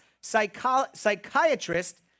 psychiatrist